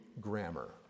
grammar